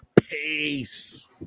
Peace